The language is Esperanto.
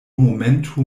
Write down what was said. momento